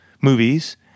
movies